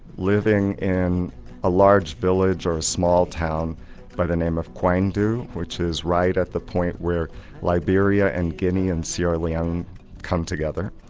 living in a large village or a small town by the name of koindu, which is right at the point where liberia, and guinea and sierra leone come together,